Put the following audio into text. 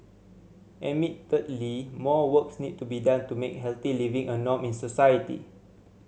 admittedly more works need to be done to make healthy living a norm in society